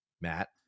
Matt